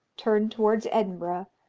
turned towards edinburgh,